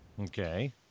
Okay